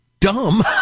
dumb